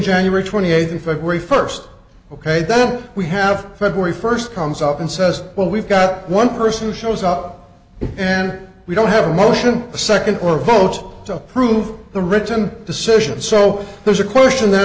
january twenty eighth of february first ok then we have february first comes up and says well we've got one person shows up and we don't have a motion a second or a vote to approve the written decision so there's a question th